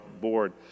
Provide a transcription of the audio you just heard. board